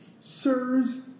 Sirs